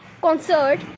concert